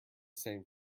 same